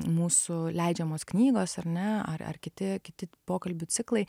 mūsų leidžiamos knygos ar ne ar ar kiti kiti pokalbių ciklai